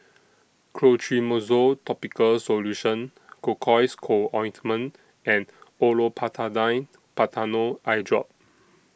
Clotrimozole Topical Solution Cocois Co Ointment and Olopatadine Patanol Eyedrop